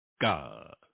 God